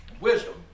wisdom